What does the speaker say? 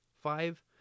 Five